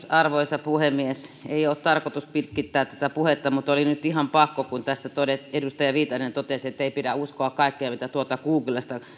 arvoisa puhemies ei ole tarkoitus pitkittää tätä puhetta mutta oli nyt ihan pakko kun edustaja viitanen totesi että ei pidä uskoa kaikkea mitä tuolta